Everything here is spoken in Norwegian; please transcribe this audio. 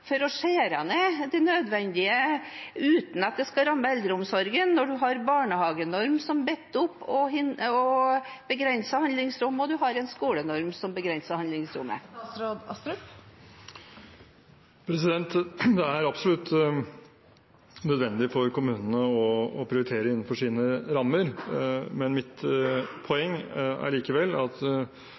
å skjære ned det nødvendige, uten at det skal ramme eldreomsorgen, når man har en barnehagenorm som binder opp og begrenser handlingsrommet, og en skolenorm som begrenser handlingsrommet? Det er absolutt nødvendig for kommunene å prioritere innenfor sine rammer, mitt poeng er likevel at